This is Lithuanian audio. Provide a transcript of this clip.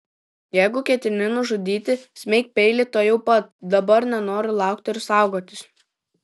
jeigu ketini nužudyti smeik peilį tuojau pat dabar nenoriu laukti ir saugotis